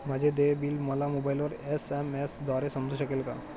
माझे देय बिल मला मोबाइलवर एस.एम.एस द्वारे समजू शकेल का?